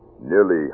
nearly